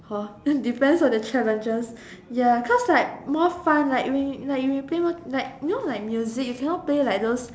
hor then depends on the challenges ya cause like more fun like when you like when you play more like you know like music you cannot play like those